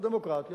על דמוקרטיה,